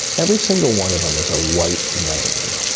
every single one of them is a white man.